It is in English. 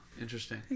Interesting